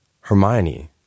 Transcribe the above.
Hermione